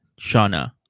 Shauna